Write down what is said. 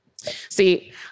See